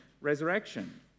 resurrection